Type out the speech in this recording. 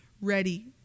ready